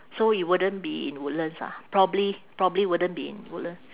so it wouldn't be in woodlands ah probably probably wouldn't be in woodland